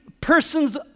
person's